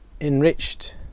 enriched